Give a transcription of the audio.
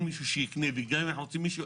מישהו שיקנה וגם אם אנחנו מוצאים מישהו,